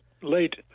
late